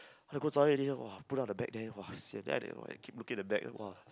want to go toilet already loh !wah! put down the bag there !wah! sian then they will keep looking the bag !wah!